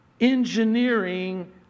ENGINEERING